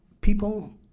People